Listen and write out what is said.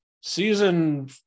season